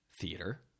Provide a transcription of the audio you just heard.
theater